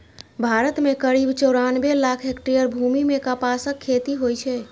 भारत मे करीब चौरानबे लाख हेक्टेयर भूमि मे कपासक खेती होइ छै